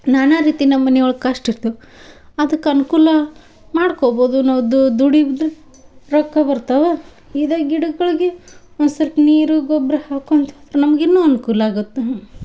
ನಾನಾ ರೀತಿ ನಮ್ಮ ಮನೆ ಒಳಗೆ ಕಷ್ಟ ಇತ್ತು ಅದಕ್ಕೆ ಅನುಕೂಲ ಮಾಡ್ಕೊಬೋದು ನಾವು ದುಡಿದ್ರ ರೊಕ್ಕ ಬರ್ತಾವ ಇದೇ ಗಿಡಗಳಿಗೆ ಒಂದು ಸೊಲ್ಪ ನೀರು ಗೊಬ್ಬರ ಹಾಕೊತಾ ನಮಗಿನ್ನು ಅನ್ಕೂಲಾಗುತ್ತೆ